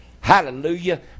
Hallelujah